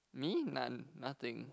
me none nothing